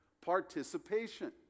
participation